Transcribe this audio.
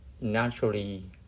naturally